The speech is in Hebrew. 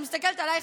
אני מסתכלת עלייך,